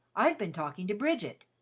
i've been talking to bridget.